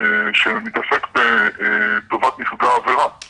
שמתעסק בטובת נפגע עבירה,